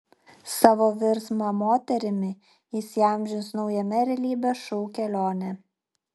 savo virsmą moterimi jis įamžins naujame realybės šou kelionė